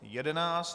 11.